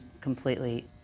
completely